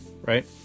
right